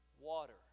Water